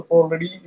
already